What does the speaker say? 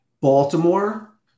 Baltimore